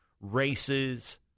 races